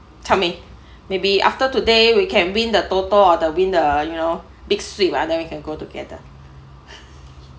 tell me maybe after today we can win the TOTO or the win the you know big sweep lah then we can go together